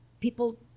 People